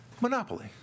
monopoly